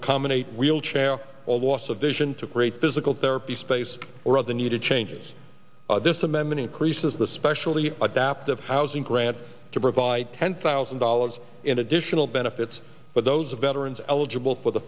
accommodate wheelchair or loss of vision to create physical therapy space or the need to change this amendment increases the specially adapted housing grant to provide ten thousand dollars in additional benefits but those veterans eligible for the